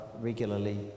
regularly